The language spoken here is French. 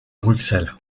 bruxelles